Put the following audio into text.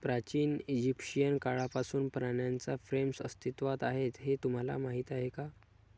प्राचीन इजिप्शियन काळापासून पाण्याच्या फ्रेम्स अस्तित्वात आहेत हे तुम्हाला माहीत आहे का?